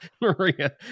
Maria